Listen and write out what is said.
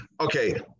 Okay